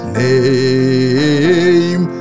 name